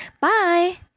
bye